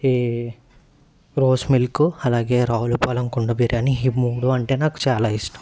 ఈ rose milk అలగే రావులపాలెం కుండా బిరియాని ఈ మూడు అంటే నాకు చాలా ఇష్టం